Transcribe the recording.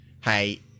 hey